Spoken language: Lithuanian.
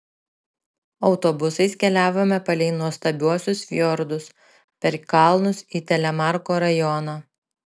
autobusais keliavome palei nuostabiuosius fjordus per kalnus į telemarko rajoną